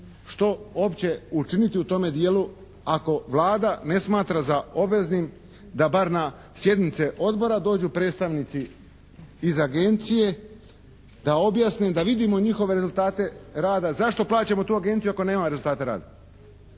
učiniti u tome dijelu ako Vlada ne smatra za obveznim da bar na sjednice odbora dođu predstavnici iz agencije, da objasne, da vidimo njihove rezultate rada. Zašto plaćamo tu agenciju ako nema rezultata rada?